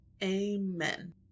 amen